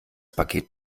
paket